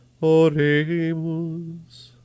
oremus